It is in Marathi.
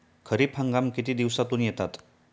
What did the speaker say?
खरीप हंगाम किती दिवसातून येतात?